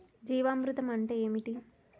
జీవామృతం అంటే ఏంటి?